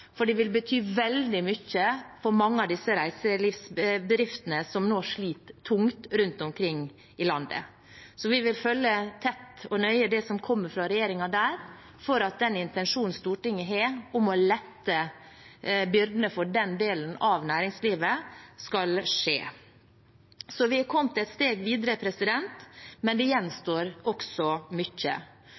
for det vil bety veldig mye for mange av de reiselivsbedriftene som nå sliter tungt rundt omkring i landet. Vi vil følge tett og nøye det som kommer fra regjeringen der, for at den intensjonen Stortinget har om å lette byrdene for den delen av næringslivet, skal skje. Så vi har kommet et steg videre, men det gjenstår også